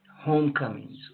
homecomings